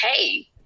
hey